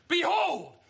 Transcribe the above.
Behold